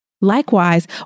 Likewise